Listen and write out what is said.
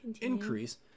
increase